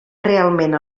realment